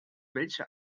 welche